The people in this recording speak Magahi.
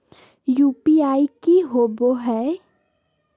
यू.पी.आई की होवे है?